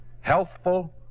Healthful